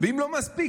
אם זה לא מספיק,